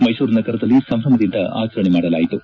ಮೈಸೂರು ನಗರದಲ್ಲಿ ಸಂಭ್ರಮದಿಂದ ಆಚರಣೆ ಮಾಡಲಾಯಿತು